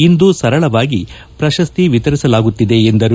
ಇಂದು ಸರಳವಾಗಿ ಪ್ರಶಸ್ತಿ ವಿತರಿಸಲಾಗುತ್ತಿದೆ ಎಂದರು